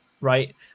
right